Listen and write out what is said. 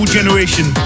Generation